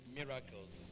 miracles